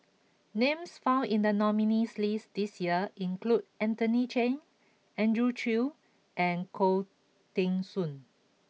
names found in the nominees' list this year include Anthony Chen Andrew Chew and Khoo Teng Soon